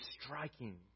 striking